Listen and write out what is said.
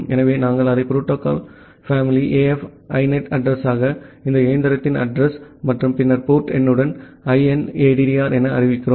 ஆகவே நாங்கள் அதை புரோட்டோகால் பேமிலியாக AF INET அட்ரஸ் யாக இந்த இயந்திரத்தின் அட்ரஸ் மற்றும் பின்னர் போர்ட் எண்ணுடன் inaddr என அறிவிக்கிறோம்